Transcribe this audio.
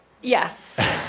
Yes